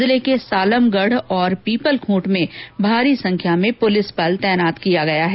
जिले के सालमगढ और पीपलखूंट में भारी संख्या में पुलिस बल की तैनात किया गया है